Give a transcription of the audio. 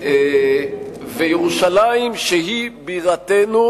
וירושלים שהיא בירתנו,